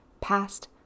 past